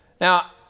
Now